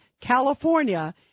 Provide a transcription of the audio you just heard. California